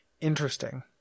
Interesting